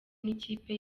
n’ikipe